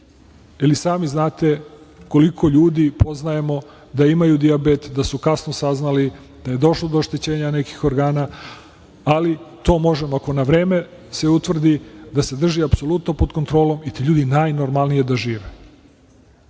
jer i sami znate koliko ljudi poznaju da imaju dijabet da su kasno saznali, da je došlo do oštećenja nekih organa. Ali to može ako na vreme se utvrdi da se drži apsolutno pod kontrolom i ti ljudi najnormalnije da žive. Želim